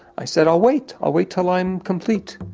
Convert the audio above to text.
i said, i'll wait, i'll wait till i'm complete.